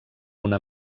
una